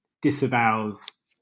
disavows